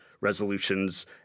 resolutions